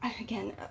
again